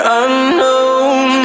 unknown